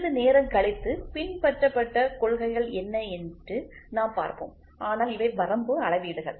சிறிது நேரம் கழித்து பின்பற்றப்பட்ட கொள்கைகள் என்ன என்று நாம் பார்ப்போம் ஆனால் இவை வரம்பு அளவீடுகள்